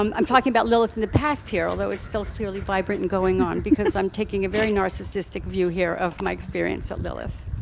um i'm talking about lilith in the past here, although it's still clearly vibrant and going on, because i'm taking a very narcissistic view here of my experience at lilith.